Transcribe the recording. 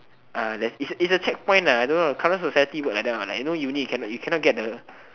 there is is a checkpoint I don't know current society work like that one you cannot get the